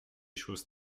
choses